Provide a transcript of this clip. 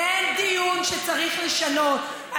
אין דיון שצריך לשנות.